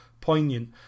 poignant